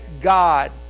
God